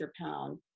pound